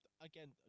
again